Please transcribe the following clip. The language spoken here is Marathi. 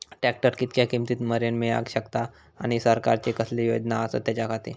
ट्रॅक्टर कितक्या किमती मरेन मेळाक शकता आनी सरकारचे कसले योजना आसत त्याच्याखाती?